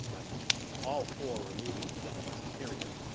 i'm all for removing guns, period,